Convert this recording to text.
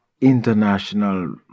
international